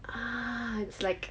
ah it's like